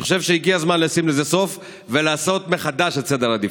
אני חושב שהגיע הזמן לשים לזה סוף ולעשות מחדש את סדר העדיפויות.